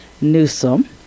Newsom